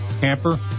camper